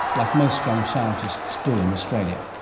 like most young scientists do in australia.